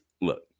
look